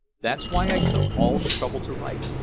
that's why i took all the trouble to write.